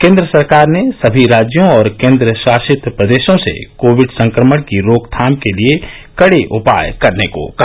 केन्द्र सरकार ने सभी राज्यों और केन्द्र शासित प्रदेशों से कोविड संक्रमण की रोकथाम के लिए कडे उपाय करने को कहा